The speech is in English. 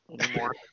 anymore